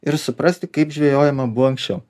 ir suprasti kaip žvejojama buvo anksčiau